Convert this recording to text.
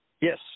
Yes